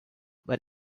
but